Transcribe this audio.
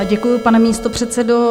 Děkuji, pane místopředsedo.